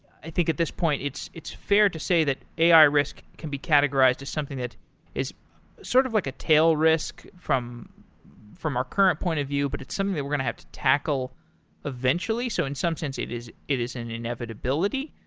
i think, at this point, it's it's fair to say that a i. risk can be categorized as something that is sort of like a tail risk from from our current point of view, but it's something that we're going to have to tackle eventually. so in some sense, it is it is an inevitability.